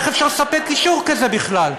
איך אפשר לספק אישור כזה בכלל?